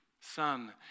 Son